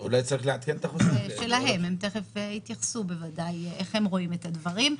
זה שלהם הם ודאי תכף יתייחסו איך הם רואים את הדברים.